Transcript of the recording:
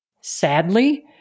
sadly